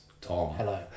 Tom